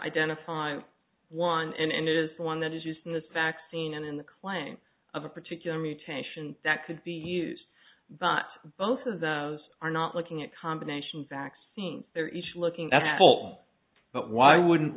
identify one and it is one that is used in this vaccine and in the claim of a particular mutation that could be used but both of those are not looking at combinations vaccines they're looking at full but why wouldn't